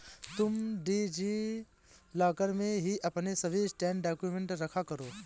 तुम DigiLocker में ही अपने सभी स्कैंड डाक्यूमेंट रखा करो